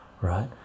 Right